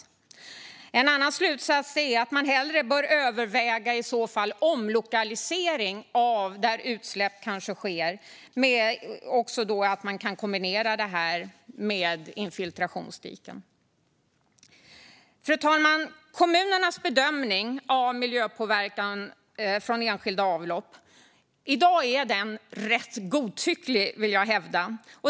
En annan slutsats innebär att man i så fall hellre bör överväga att kombinera omlokalisering av var utsläpp kanske sker med infiltrationsdiken. Fru talman! Kommunernas bedömning av miljöpåverkan från enskilda avlopp är i dag rätt godtycklig, vill jag hävda.